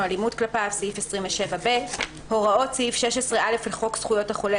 אלימות כלפיו 27ב.הוראות סעיף 16א לחוק זכויות החולה,